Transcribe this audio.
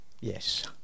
Yes